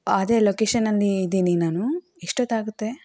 ಅದೆ ಲೊಕೇಶನ್ನಲ್ಲಿ ಇದ್ದೀನಿ ನಾನು ಎಷ್ಟೊತ್ತಾಗುತ್ತೆ